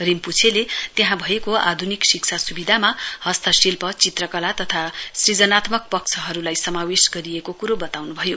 रिम्प्छेले त्यहाँ भएको आध्निक शिक्षा स्विधामा हस्तशिल्प चित्रकाला तथा सुजनात्मक पक्षहरूलाई समावेश गरिएको क्रो बताउन्भयो